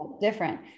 Different